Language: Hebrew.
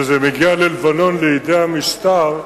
כשזה מגיע ללבנון לידי המשטר,